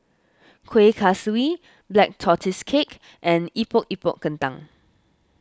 Kuih Kaswi Black Tortoise Cake and Epok Epok Kentang